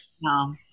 No